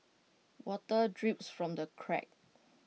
water drips from the cracks